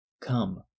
Come